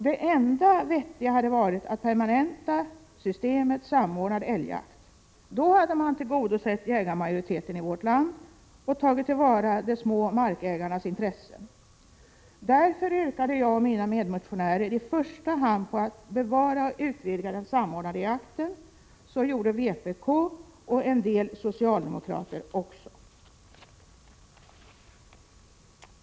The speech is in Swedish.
Det enda vettiga hade varit att permanenta systemet med samordnad älgjakt. Då hade man tillgodosett jägarmajoriteten i vårt land och tagit till vara de små markägarnas intressen. Därför yrkar jag och mina medmotionärer i första hand att man skall bevara och utvidga den samordnade jakten. Samma yrkande har även vpk och en del socialdemokrater.